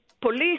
police